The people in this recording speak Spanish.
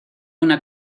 una